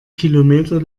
kilometer